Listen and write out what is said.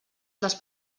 les